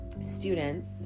students